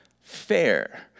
fair